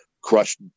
crushed